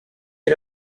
est